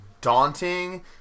daunting